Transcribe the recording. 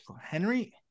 Henry